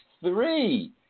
three